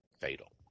fatal